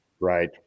Right